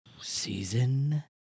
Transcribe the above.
Season